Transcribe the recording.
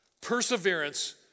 Perseverance